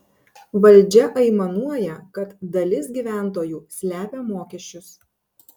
valdžia aimanuoja kad dalis gyventojų slepia mokesčius